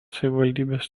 savivaldybės